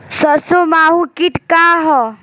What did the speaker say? सरसो माहु किट का ह?